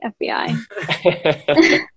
FBI